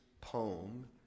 poem